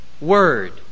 word